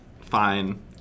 Fine